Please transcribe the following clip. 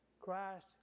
Christ